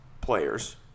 players